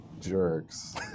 jerks